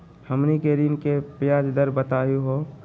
हमनी के ऋण के ब्याज दर बताहु हो?